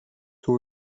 toi